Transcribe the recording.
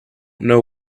know